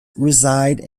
reside